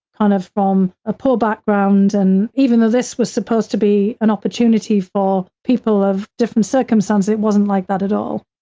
kind of from a poor background. and even though this was supposed to be an opportunity for people of different circumstances, it wasn't like that at all.